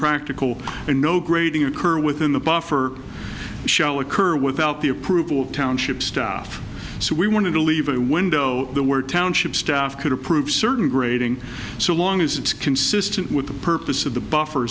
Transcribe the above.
practical and no grading occur within the buffer shall occur without the approval of township staff so we wanted to leave a window the word township staff could approve certain grading so long as it's consistent with the purpose of the buffer